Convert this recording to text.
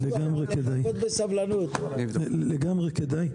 לגמרי כדאי.